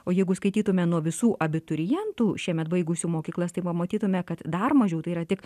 o jeigu skaitytume nuo visų abiturientų šiemet baigusių mokyklas tai pamatytume kad dar mažiau tai yra tik